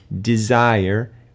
desire